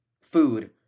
food